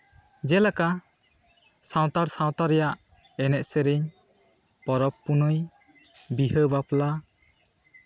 ᱡᱮᱞᱮᱠᱟ ᱥᱟᱱᱛᱟᱲ ᱥᱟᱶᱛᱟ ᱨᱮᱭᱟᱜ ᱮᱱᱮᱡ ᱥᱮᱨᱮᱧ ᱯᱟᱨᱟᱵᱽ ᱯᱩᱱᱟᱹᱭ ᱵᱤᱦᱟᱹ ᱵᱟᱯᱞᱟ